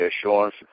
assurance